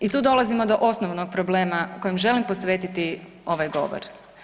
I tu dolazimo do osnovnog problema kojem želim posvetiti ovaj govor.